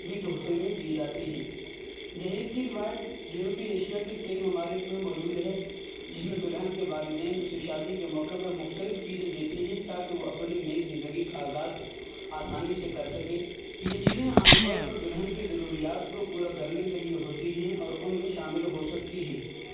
بھی تحفے میں دیے جاتے ہیں جہیز کی روایت جنوبی ایشیا کے کئی ممالک میں موجود ہے جس میں دلہن کے والدین اس کی شادی کے موقع پر مختلف چیزیں دیتے ہیں تاکہ وہ اپنے نئی زندگی کا آغاز آسانی سے کر سکے یہ چیزیں عام طور پر دلہن کے ضروریات کو پورا کرنے کے لیے ہوتے ہیں اور ان میں شامل ہو سکتی ہیں